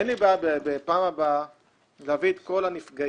אין לי בעיה בפעם הבאה להביא את כל הנפגעים